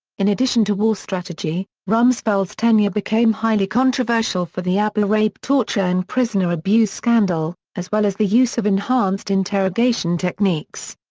in addition to war strategy, rumsfeld's tenure became highly controversial for the abu ghraib torture and prisoner abuse scandal, as well as the use of enhanced interrogation techniques.